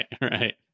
right